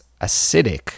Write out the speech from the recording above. acidic